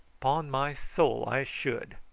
pon my soul i should.